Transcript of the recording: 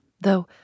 though